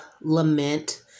lament